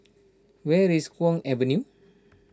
where is Kwong Avenue